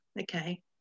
okay